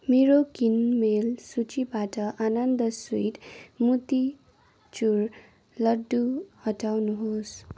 मेरो किनमेल सूचीबाट आनन्द स्विट मोतीचुर लड्डू हटाउनुहोस्